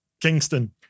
Kingston